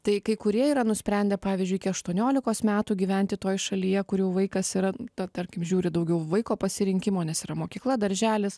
tai kai kurie yra nusprendę pavyzdžiui iki aštuoniolikos metų gyventi toj šalyje kurioj vaikas yra tarkim žiūri daugiau vaiko pasirinkimo nes yra mokykla darželis